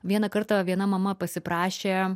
vieną kartą viena mama pasiprašė